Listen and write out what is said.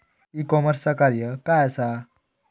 E कॉमर्सचा कार्य काय असा?